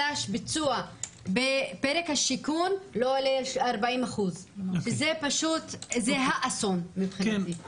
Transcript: ביצוע בפרק השיכון לא עולה על 40%. זה האסון מבחינתי.